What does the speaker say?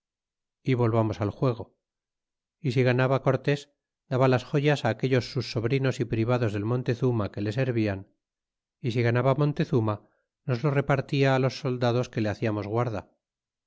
é volvamos al juego y si ganaba cortés daba las joyas á aquellos sus sobrinos y privados del montezuma que le servian y si ganaba montezurna nos lo repartia los soldados que le haciamos guarda